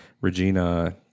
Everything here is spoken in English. Regina